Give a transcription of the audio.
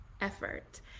effort